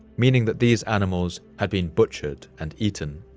meaning that these animals had been butchered and eaten.